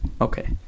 Okay